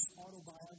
autobiography